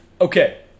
Okay